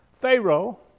Pharaoh